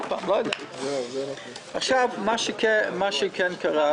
מה שכן קרה